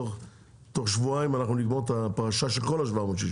תוך שבועיים אנחנו נגמור את הפרשה של כל ה-760,